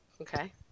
okay